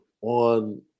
on